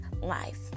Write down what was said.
life